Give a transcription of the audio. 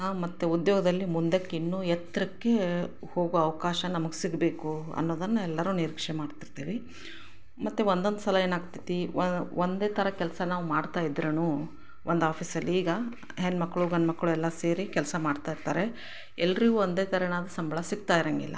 ಮತ್ತು ಉದ್ಯೋಗದಲ್ಲಿ ಮುಂದಕ್ಕೆ ಇನ್ನೂ ಎತ್ತರಕ್ಕೆ ಹೋಗೋ ಅವಕಾಶ ನಮಗೆ ಸಿಗಬೇಕು ಅನ್ನೋದನ್ನು ಎಲ್ಲರೂ ನಿರೀಕ್ಷೆ ಮಾಡ್ತಿರ್ತೀವಿ ಮತ್ತು ಒಂದೊಂದು ಸಲ ಏನಾಗ್ತದೆ ಒಂದೇ ಥರ ಕೆಲಸ ನಾವು ಮಾಡ್ತಯಿದ್ರೂ ಒಂದು ಆಫೀಸಲ್ಲಿ ಈಗ ಹೆಣ್ಮಕ್ಳು ಗಂಡುಮಕ್ಳು ಎಲ್ಲ ಸೇರಿ ಕೆಲಸ ಮಾಡ್ತಾಯಿರ್ತಾರೆ ಎಲ್ಲರಿಗೂ ಒಂದೇ ಥರವಾದ್ ಸಂಬಲ ಸಿಗ್ತಾ ಇರೋಂಗಿಲ್ಲ